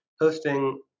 hosting